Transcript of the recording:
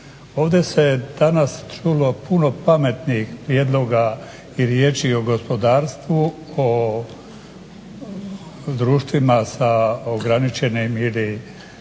Ovdje se je danas čulo puno pametnih i jednoga i riječ je o gospodarstvu o društvima sa ograničenim ili